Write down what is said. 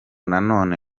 nanone